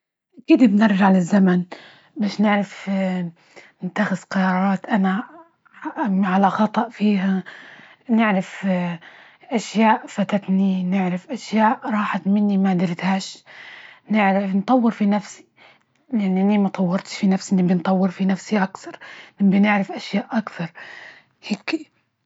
أكيد بنرجع للزمن بش نعرف نتخذ قرارات، أنا على خطأ فيها، نعرف أشياء، فتتني نعرف أشياء راحت مني، ما درتهاش، نعرف نطور في نفسي لأني ما طورتش في نفسى، نبى نطور فى نفسى أكثر، نبى نعرف أشياء أكثر، هيكى.